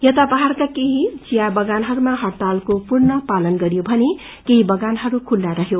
यता पहाड़का केही विया बगानहरूमा हड़तालको पूर्व पालन गरियो भने केही बगानहरू खुल्ता रहयो